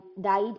died